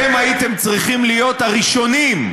אתם הייתם צריכים להיות הראשונים.